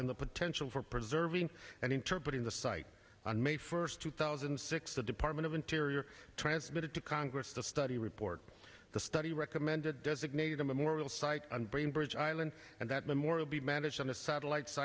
and the potential for preserving and interpret in the site on may first two thousand and six the department of interior transmitted to congress the study report the study recommended designated a memorial site on brain bridge island and that memorial be managed on the satellite